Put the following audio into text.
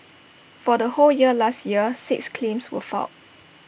for the whole year last year six claims were filed